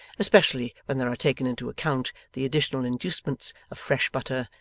especially when there are taken into account the additional inducements of fresh butter,